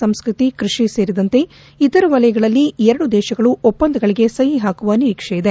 ಸಂಸ್ಕೃತಿ ಕೃಷಿ ಸೇರಿದಂತೆ ಇತರ ವಲಯಗಳಲ್ಲಿ ಎರಡು ದೇಶಗಳು ಒಪ್ಪಂದಗಳಗೆ ಸಹಿ ಹಾಕುವ ನಿರೀಕ್ಷೆ ಇದೆ